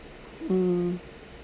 um